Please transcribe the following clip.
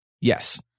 Yes